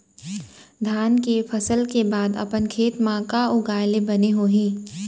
धान के फसल के बाद अपन खेत मा का उगाए ले बने होही?